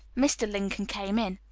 mr. lincoln came in.